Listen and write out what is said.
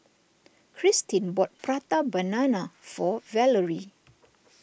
Kristin bought Prata Banana for Valery